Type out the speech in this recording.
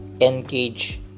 engage